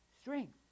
strength